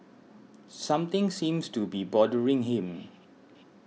something seems to be bothering him